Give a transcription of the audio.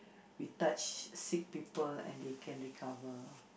we touch sick people and they can recover